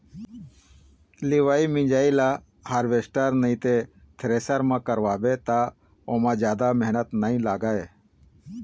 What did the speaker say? लिवई मिंजई ल हारवेस्टर नइ ते थेरेसर म करवाबे त ओमा जादा मेहनत नइ लागय